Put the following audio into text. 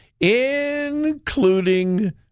including